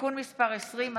(תיקון מס' 20),